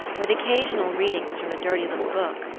with occasional readings from a dirty little book,